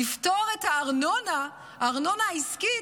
לפטור מהארנונה, הארנונה העסקית,